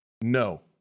No